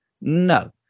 no